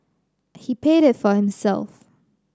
he paid it for himself